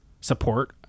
support